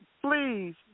please